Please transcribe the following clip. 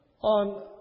on